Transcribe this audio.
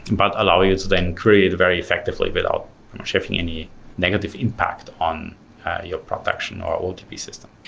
but allow you to then create very effectively without sharing any negative impact on your production or oltp system.